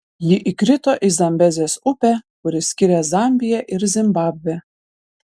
ji įkrito į zambezės upę kuri skiria zambiją ir zimbabvę